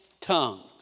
tongues